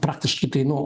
praktiškai tai nu